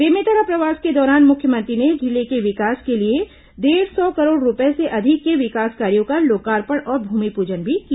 बेमेतरा प्रवास के दौरान मुख्यमंत्री ने जिले के विकास के लिए डेढ़ सौ करोड़ रूपये से अधिक के विकास कार्यो का लोकार्पण और भुमिपुज भी किया